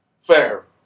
Fair